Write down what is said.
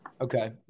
Okay